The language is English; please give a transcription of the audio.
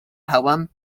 poem